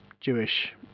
jewish